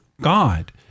God